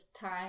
time